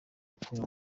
gukora